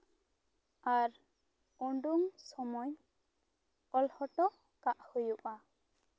ᱟᱨ ᱩᱰᱩᱝ ᱥᱚᱢᱚᱭ ᱚᱞ ᱦᱚᱴᱚ ᱠᱟᱜ ᱦᱩᱭᱩᱜᱼᱟ